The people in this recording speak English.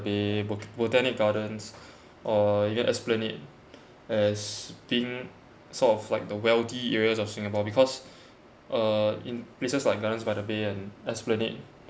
bay bo~ botanic gardens or even esplanade as being sort of like the wealthy areas of singapore because uh in places like gardens by the bay and esplanade